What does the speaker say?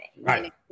Right